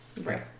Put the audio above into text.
right